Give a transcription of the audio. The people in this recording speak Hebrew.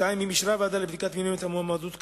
2. אם אישרה הוועדה לבדיקת מינויים את המועמדות כאמור,